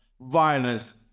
violence